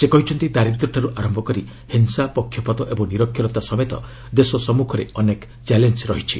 ସେ କହିଛନ୍ତି ଦାରିଦ୍ର୍ୟଠାରୁ ଆରମ୍ଭ କରି ହିଂସା ପକ୍ଷପାତ ଏବଂ ନିରକ୍ଷରତା ସମେତ ଦେଶ ସମ୍ମୁଖରେ ଅନେକ ଚାଲେଞ୍ଜ ରହିଛି